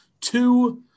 two